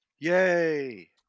Yay